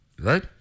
right